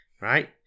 Right